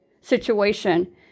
situation